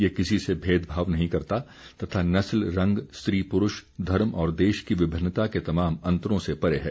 यह किसी से भेदभाव नहीं करता तथा नस्ल रंग स्त्री प्रुष धर्म और देश की विभिन्नता के तमाम अंतरों से परे है